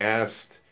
asked